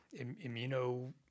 immuno